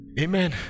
Amen